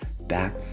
back